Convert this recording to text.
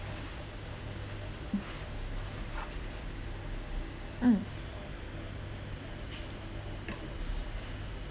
mm mm